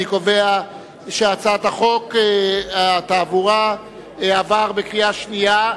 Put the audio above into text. אני קובע שהצעת חוק התעבורה התקבלה בקריאה שנייה.